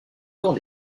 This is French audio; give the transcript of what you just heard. temps